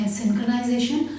synchronization